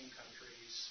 countries